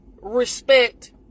respect